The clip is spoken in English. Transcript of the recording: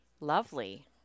Lovely